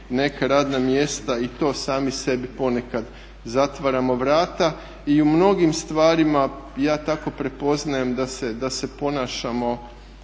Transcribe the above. neka radna mjesta i to sami sebi ponekad zatvaramo vrata i u mnogim stvarima ja tako prepoznajem da se ponašamo,